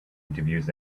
interviews